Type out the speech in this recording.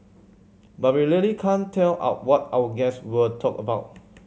but we really can't tell out what our guests will talk about